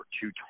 two